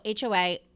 HOA